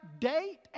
date